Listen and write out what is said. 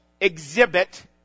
exhibit